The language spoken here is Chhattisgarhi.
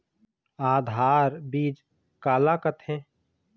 आधार बीज का ला कथें?